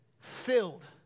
filled